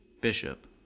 Bishop